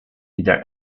either